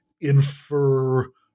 infer